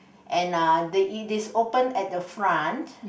and uh the it is open at the front